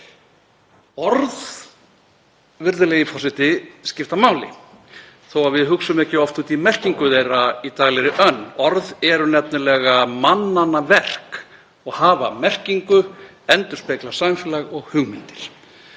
Orð, virðulegi forseti, skipta máli þó að við hugsum ekki oft út í merkingu þeirra í daglegri önn. Orð eru nefnilega mannanna verk og hafa merkingu, endurspegla samfélag og hugmyndir.